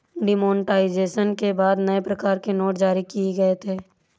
demonetisation के बाद नए प्रकार के नोट जारी किए गए थे